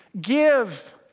Give